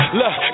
look